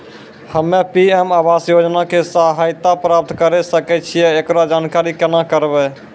हम्मे पी.एम आवास योजना के सहायता प्राप्त करें सकय छियै, एकरो जानकारी केना करबै?